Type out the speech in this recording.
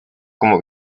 como